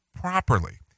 properly